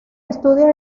estudios